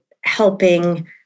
helping